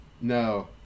No